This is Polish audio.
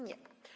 Nie.